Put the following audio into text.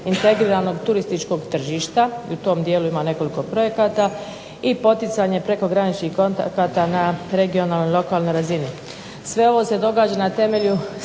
integriranog turističkog tržišta i u tom dijelu ima nekoliko projekata i poticanje prekograničnih kontakata na regionalnoj i lokalnoj razini. Sve ovo se događa na temelju